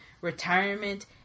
retirement